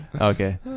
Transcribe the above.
okay